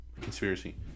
conspiracy